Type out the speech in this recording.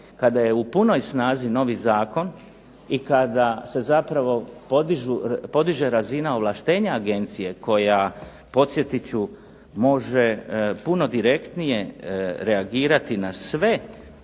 kada je u punoj snazi novi zakon i kada se zapravo podiže razina ovlaštenja agencije koja podsjetit ću može puno direktnije reagirati na sve